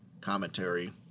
commentary